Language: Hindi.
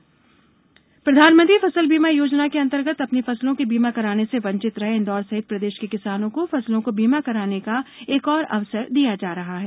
पीएम फसल बीमा प्रधानमंत्री फसल बीमा योजना के अंतर्गत अपनी फसलों के बीमा कराने से वंचित रहे इन्दौर सहित प्रदेश के किसानों को फसलों को बीमा कराने का एक और अवसर दिया जा रहा है